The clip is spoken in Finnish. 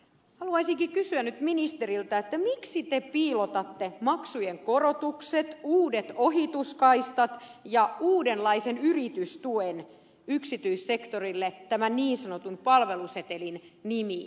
haluaisinkin kysyä nyt ministeriltä miksi te piilotatte maksujen korotukset uudet ohituskaistat ja uudenlaisen yritystuen yksityissektorille tämän niin sanotun palvelusetelin nimiin